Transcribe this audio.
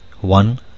one